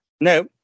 No